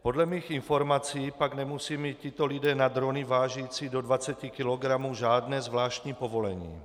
Podle mých informací pak nemusí mít tito lidé na drony vážící do 20 kilogramů žádné zvláštní povolení.